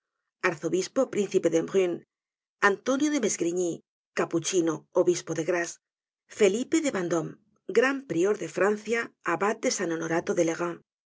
arzobispo príncipe de embrun antonio de mesgrigny capuchino obispo de grasse felipe de vendóme gran prior de francia abad de san honorato de lerins